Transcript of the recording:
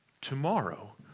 tomorrow